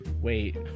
Wait